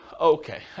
Okay